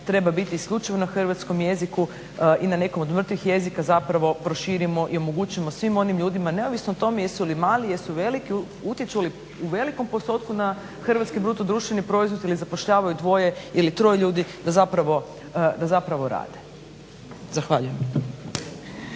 treba biti isključivo na hrvatskom jeziku i na nekom od mrtvih jezika zapravo proširimo i omogućimo svim onim ljudima neovisno o tome jesu li mali, jesu veliki, utječu li u velikom postotku na hrvatski BDP ili zapošljavaju dvoje ili troje ljudi da zapravo rade. Zahvaljujem.